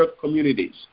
communities